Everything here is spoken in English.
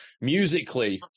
musically